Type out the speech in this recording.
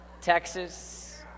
Texas